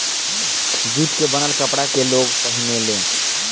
jute के बनल कपड़ा के लोग पहिने ले